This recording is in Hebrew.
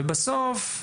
בסוף,